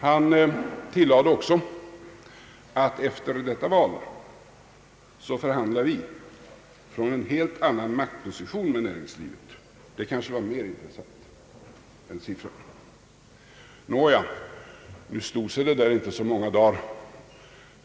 Han tillade också att »efter detta val förhandlar vi från en helt annan maktposition med näringslivet». Det uttalandet kanske var mera intressant än siffran. Nåja, det där stod sig inte så många dagar.